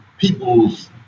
people's